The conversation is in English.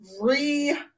re